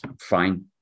fine